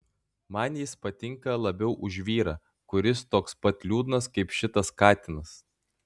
man jis patinka labiau už vyrą kuris toks pat liūdnas kaip šitas katinas